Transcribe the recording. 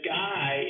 guy